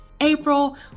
April